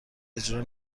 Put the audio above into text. اجرا